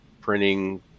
printing